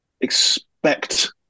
expect